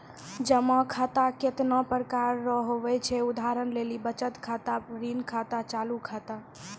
जमा खाता कतैने प्रकार रो हुवै छै उदाहरण लेली बचत खाता ऋण खाता चालू खाता